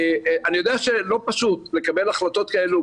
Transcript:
אני יודע שלא פשוט לקבל החלטות כאלו,